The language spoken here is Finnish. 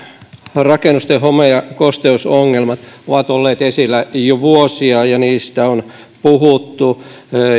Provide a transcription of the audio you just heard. rakennusten home ja kosteusongelmat ovat olleet esillä jo vuosia ja niistä on puhuttu